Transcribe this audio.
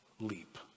leap